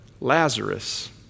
Lazarus